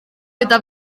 gyda